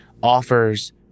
offers